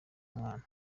umwana